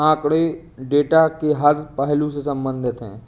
आंकड़े डेटा के हर पहलू से संबंधित है